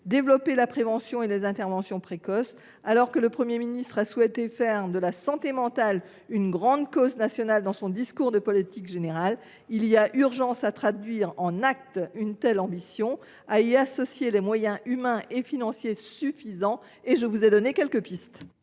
développer la prévention et les interventions précoces. Mes chers collègues, alors que le Premier ministre a souhaité faire de la santé mentale une grande cause nationale dans son discours de politique générale, il y a urgence à traduire en actes une telle ambition et à y associer les moyens humains et financiers suffisants. Je vous ai donné quelques pistes.